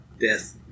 Death